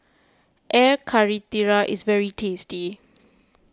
Air Karthira is very tasty